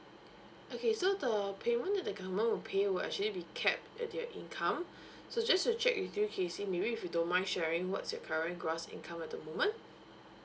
okay so the payment that the government will pay will actually be capped at your income so just to check with you kesy maybe if you don't mind sharing what's your current gross income at the moment